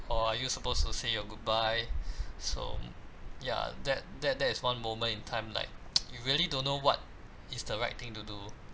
or are you supposed to say your goodbye so ya that that that is one moment in time like you really don't know what is the right thing to do